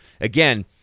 again